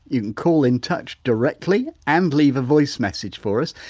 you can call in touch directly and leave a voice message for us.